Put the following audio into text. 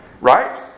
Right